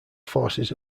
forces